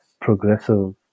progressive